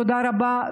תודה רבה.